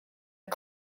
are